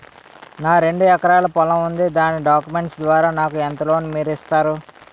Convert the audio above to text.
నాకు రెండు ఎకరాల పొలం ఉంది దాని డాక్యుమెంట్స్ ద్వారా నాకు ఎంత లోన్ మీరు ఇస్తారు?